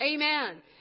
Amen